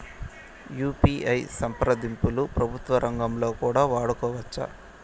UPI సంప్రదింపులు ప్రభుత్వ రంగంలో కూడా వాడుకోవచ్చా?